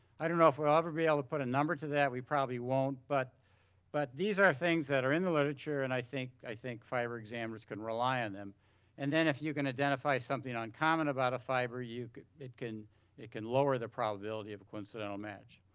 i don't know if we'll ever be able to put a number to that, we probably won't but but these are things that are in the literature and i think i think fiber examiners can rely on them and then if you can identify something uncommon about a fiber, you can it can it can lower the probability of a coincidental match.